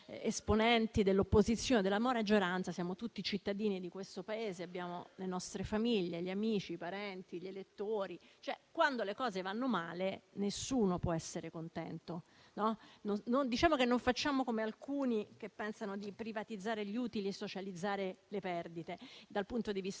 dell'opposizione o della maggioranza, siamo tutti cittadini di questo Paese: abbiamo le nostre famiglie, gli amici, i parenti, gli elettori. Quando le cose vanno male, nessuno può essere contento; non facciamo come alcuni che pensano di privatizzare gli utili e socializzare le perdite dal punto di vista